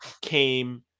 came